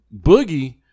Boogie